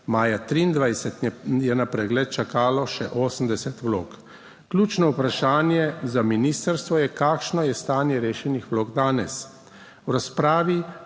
maja 2023 je na pregled čakalo še 80 vlog. Ključno vprašanje za ministrstvo je, kakšno je stanje rešenih vlog danes. V razpravi